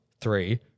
three